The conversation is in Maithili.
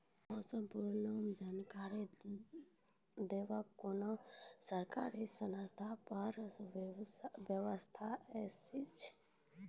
मौसम पूर्वानुमान जानकरी देवाक कुनू सरकारी स्तर पर व्यवस्था ऐछि?